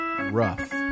rough